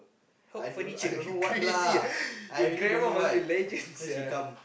hoard furniture you crazy your grandma must be legend sia